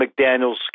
McDaniel's